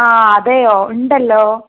ആ അതെയോ ഉണ്ടല്ലോ